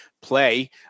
play